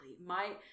My-